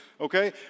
okay